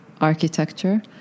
architecture